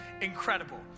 incredible